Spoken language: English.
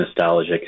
nostalgic